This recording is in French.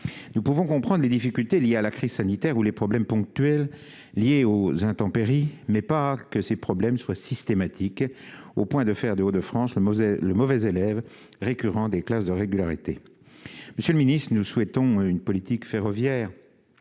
nous pouvons comprendre les difficultés liées à la crise sanitaire ou les problèmes ponctuels liés aux intempéries, mais pas que ces problèmes soient systématiques au point de faire des Hauts-de-France, la Moselle, le mauvais élève récurrent des classes de régularité, monsieur le Ministre, nous souhaitons une politique ferroviaire